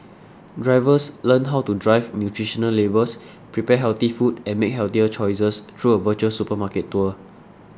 drivers learn how to drive nutritional labels prepare healthy food and make healthier choices through a virtual supermarket tour